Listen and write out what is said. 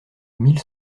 mille